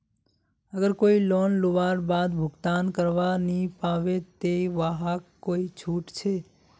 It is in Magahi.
अगर कोई लोन लुबार बाद भुगतान करवा नी पाबे ते वहाक कोई छुट छे?